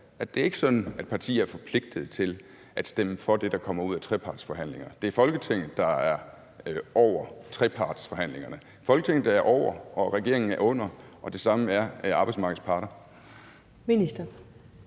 at det ikke er sådan, at partier er forpligtet til at stemme for det, der kommer ud af trepartsforhandlinger. Det er Folketinget, der er over trepartsforhandlingerne. Folketinget er over, og regeringen er under, og det samme er arbejdsmarkedets parter. Kl.